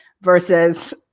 versus